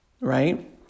right